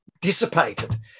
dissipated